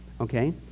Okay